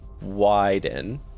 widen